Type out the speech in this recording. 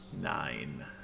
nine